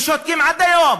ושותקים עד היום,